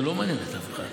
זה לא מעניין את אף אחד.